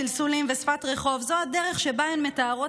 סלסולים ושפת רחוב הם הדרך שבה הן מתארות